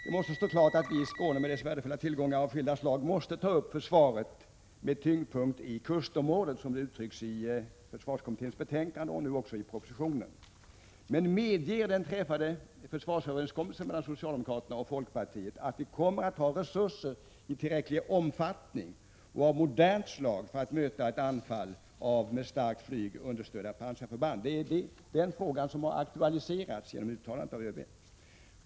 Det måste stå klart att vi i Skåne med dess värdefulla tillgångar av skilda slag måste ta upp ett försvar ”med tyngdpunkt i kustområdet”, som det uttrycks i försvarskommitténs betänkande och nu också i propositionen. Men medger den mellan socialdemokraterna och folkpartiet träffade försvarsöverenskommelsen att vi kommer att ha resurser i tillräcklig omfattning och av modernt slag för att möta ett anfall av med starkt flyg understödda pansarförband? Det är den frågan som har aktualiserats genom ÖB:s uttalande.